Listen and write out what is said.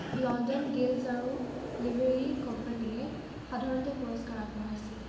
London Guilds আৰু livery কোম্পানীয়ে সাধাৰণতে পুৰস্কাৰ আগবঢ়াইছিল